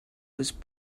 was